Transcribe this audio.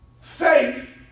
faith